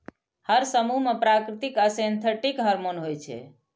हर समूह मे प्राकृतिक आ सिंथेटिक हार्मोन होइ छै